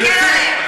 תקל עליהם.